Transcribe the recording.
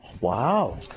Wow